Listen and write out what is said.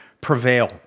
prevail